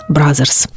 Brothers